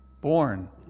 born